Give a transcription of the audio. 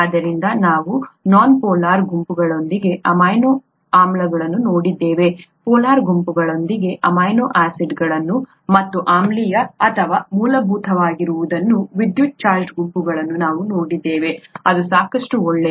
ಆದ್ದರಿಂದ ನಾವು non polar ಗುಂಪುಗಳೊಂದಿಗೆ ಅಮೈನೋ ಆಮ್ಲಗಳನ್ನು ನೋಡಿದ್ದೇವೆ ಪೋಲಾರ್ ಗುಂಪುಗಳೊಂದಿಗೆ ಅಮೈನೋ ಆಸಿಡ್ಗಳನ್ನು ಮತ್ತು ಆಮ್ಲೀಯ ಅಥವಾ ಮೂಲಭೂತವಾಗಿರಬಹುದಾದ ವಿದ್ಯುತ್ ಚಾರ್ಜ್ಡ್ ಗುಂಪುಗಳನ್ನು ನಾವು ನೋಡಿದ್ದೇವೆ ಅದು ಸಾಕಷ್ಟು ಒಳ್ಳೆಯದು